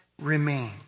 remain